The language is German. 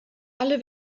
alle